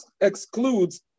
excludes